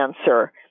answer